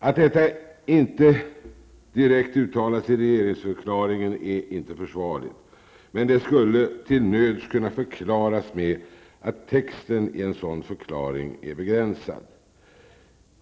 Att detta inte direkt uttalas i regeringsförklaringen är oförsvarligt, men det skulle till nöds kunna förklaras med att texten i en sådan förklaring är begränsad.